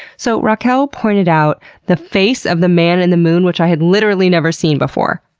so raquel pointed out the face of the man in the moon, which i had literally never seen before.